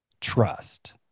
trust